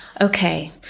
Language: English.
Okay